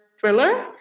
thriller